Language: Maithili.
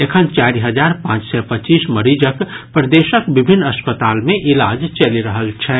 एखन चारि हजार पांच सय पच्चीस मरीजक प्रदेशक विभिन्न अस्पताल मे इलाज चलि रहल छनि